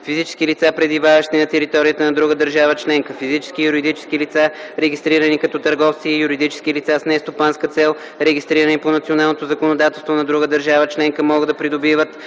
Физически лица, пребиваващи на територията на друга държава членка, физически и юридически лица, регистрирани като търговци, и юридически лица с нестопанска цел, регистрирани по националното законодателство на друга държава членка, могат да придобиват